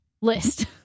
list